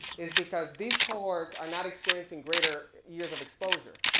is because these cohorts are not experiencing greater years um exposure.